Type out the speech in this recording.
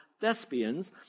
Thespians